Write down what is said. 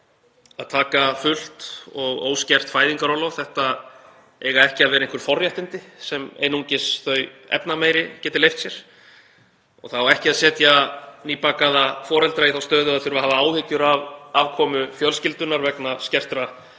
Að taka fullt og óskert fæðingarorlof eiga ekki að vera einhver forréttindi sem einungis þau efnameiri geta leyft sér. Það á ekki að setja nýbakaða foreldra í þá stöðu að þurfa að hafa áhyggjur af afkomu fjölskyldunnar vegna skertra tekna.